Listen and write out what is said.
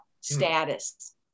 status